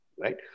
right